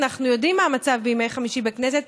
אנחנו יודעים מה המצב בימי חמישי בכנסת,